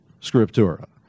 scriptura